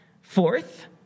Fourth